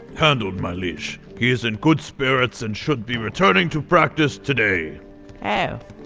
handled, my liege he is in good spirits and should be returning to practice today oh.